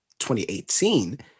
2018